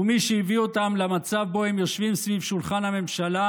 ומי שהביא אותם למצב שבו הם יושבים סביב שולחן הממשלה,